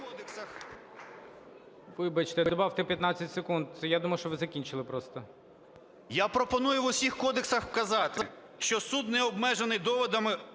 Вибачте, добавте 15 секунд. Я думав, що ви закінчили просто. 14:02:10 МАКАРОВ О.А. Я пропоную в усіх кодексах вказати, що суд не обмежений доводами